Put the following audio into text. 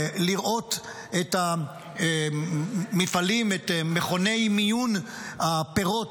ולראות את המפעלים, את מכוני מיון הפירות,